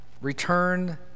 Return